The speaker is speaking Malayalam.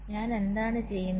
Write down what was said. അതിനാൽ ഞാൻ എന്താണ് ചെയ്യുന്നത്